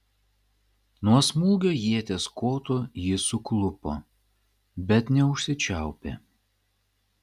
nuo smūgio ieties kotu jis suklupo bet neužsičiaupė